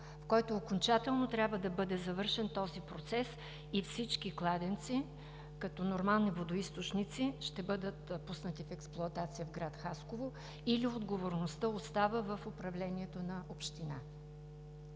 в който окончателно трябва да бъде завършен този процес и всички кладенци като нормални водоизточници ще бъдат пуснати в експлоатация в град Хасково, или отговорността остава в управлението на Общината?